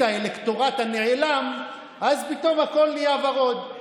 האלקטורט הנעלם אז פתאום הכול נהיה ורוד,